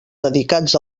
dedicats